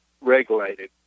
regulated